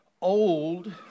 Old